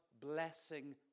blessing